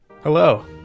hello